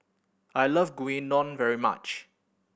I like Gyudon very much